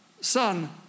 son